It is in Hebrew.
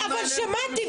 אבל שמעתי,